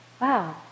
wow